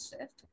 shift